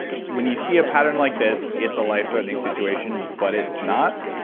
when you see a pattern like this, it's a life-threatening situation, but it's not.